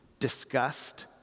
disgust